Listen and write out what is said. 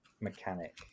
mechanic